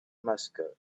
massacre